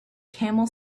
camel